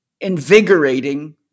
invigorating